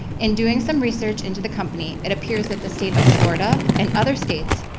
in doing some research into the company it appears that the state of florida, and other states,